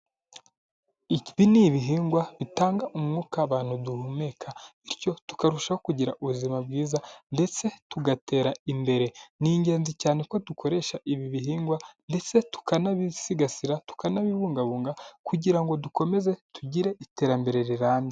Iki ni ibihingwa bitanga umwuka abantu duhumeka bityo tukarushaho kugira ubuzima bwiza, ndetse tugatera imbere, ni ingenzi cyane ko dukoresha ibi bihingwa ndetse tukanabisigasira tukanabibungabunga, kugira ngo dukomeze tugire iterambere rirambye.